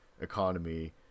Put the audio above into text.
economy